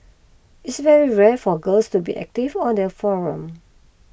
it's very rare for girls to be active on their forum